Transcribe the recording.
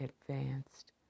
advanced